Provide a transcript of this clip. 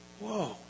Whoa